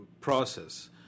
process